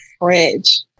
fridge